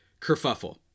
kerfuffle